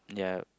yeah